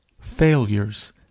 failures